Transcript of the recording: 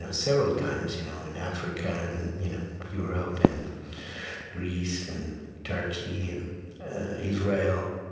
ah several times you know in africa, and you know europe, and greece, and turkey, and israel.